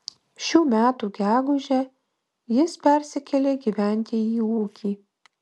šių metų gegužę jis persikėlė gyventi į ūkį